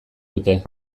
dute